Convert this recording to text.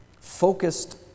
focused